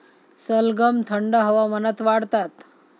सलगम थंड हवामानात वाढतात